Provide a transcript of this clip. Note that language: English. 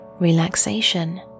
relaxation